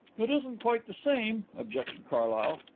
it isn't quite the same, objected carlyle,